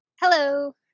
Hello